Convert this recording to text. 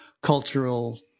cultural